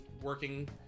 working